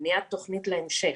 בניית תוכנית להמשך,